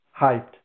hyped